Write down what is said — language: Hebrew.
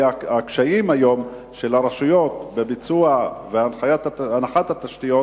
כי היום הקשיים של הרשויות בביצוע ובהנחת התשתיות